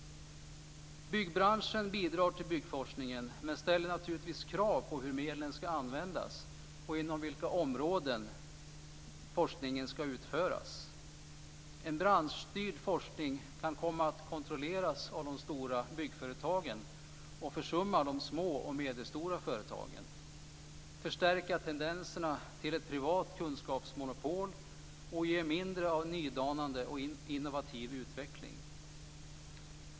Byggbranschen bidrar till byggforskningen men ställer naturligtvis krav på hur medlen ska användas och inom vilka områden forskningen ska utföras. En branschstyrd forskning kan komma att kontrolleras av de stora byggföretagen och försumma de små och medelstora företagen, förstärka tendenserna till ett privat kunskapsmonopol och ge mindre av nydanande och innovativ utveckling.